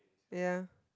ya